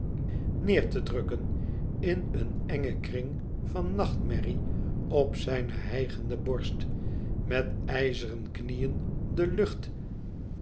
neêr te drukken in een engen kring van nachtmerrie op zijne hijgende borst met ijzeren knieën de lucht